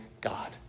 God